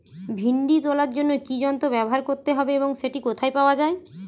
ভিন্ডি তোলার জন্য কি যন্ত্র ব্যবহার করতে হবে এবং সেটি কোথায় পাওয়া যায়?